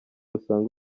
asange